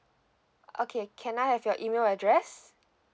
okay can I have your email address